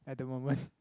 at the moment